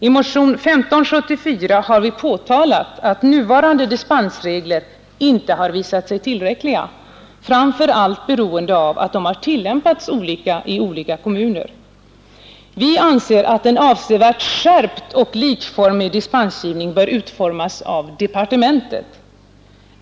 I motionen 1574 har vi påtalat att nuvarande dispensregler inte har visat sig tillräckliga, framför allt beroende på att de har tillämpats olika i olika kommuner. Vi anser att en avsevärt skärpt och likformig dispensgivning bör utformas av departementet.